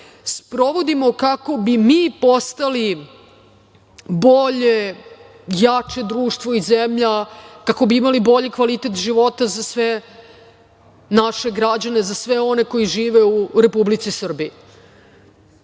sprovodimo kako bi mi postali bolje, jače društvo i zemlja, kako bi imali bolji kvalitet života za sve naše građane, za sve one koji žive u Republici